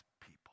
people